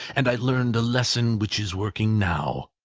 and i learnt a lesson which is working now.